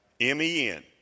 M-E-N